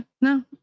no